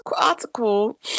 article